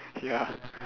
ya